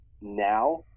now